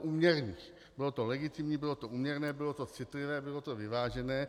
Bylo to legitimní, bylo to úměrné, bylo to citlivé, bylo to vyvážené.